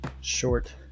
short